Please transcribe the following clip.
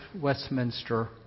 Westminster